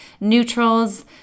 neutrals